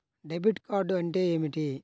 Debit card అంటే ఏమిటి?